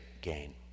gain